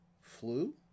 flu